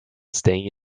staying